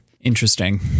Interesting